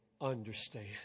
understand